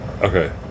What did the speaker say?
Okay